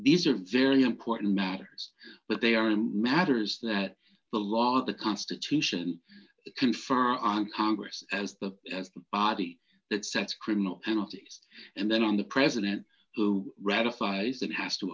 these are very important matters but they aren't matters that the law or the constitution confer on congress as the party that sets criminal penalties and then on the president who ratifies it has to